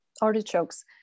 Artichokes